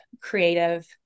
creative